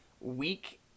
week